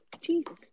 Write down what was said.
Jesus